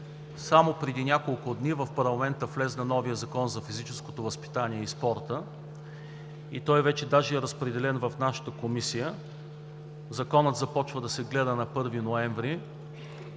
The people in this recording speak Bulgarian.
Само преди няколко дни в парламента влезе новият Закон за физическото възпитание и спорта, и вече даже е разпределен в нашата Комисия. Законът започва да се гледа на 1 ноември.